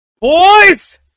Boys